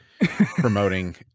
promoting